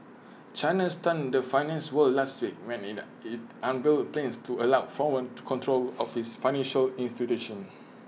China stunned the finance world last week when IT in unveiled plans to allow foreign to control of its financial